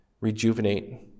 rejuvenate